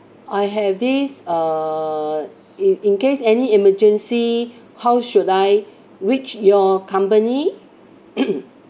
I have this err in in case any emergency how should I reach your company